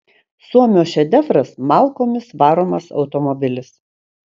suomio šedevras malkomis varomas automobilis